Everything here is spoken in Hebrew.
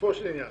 לגופו של עניין.